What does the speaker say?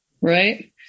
right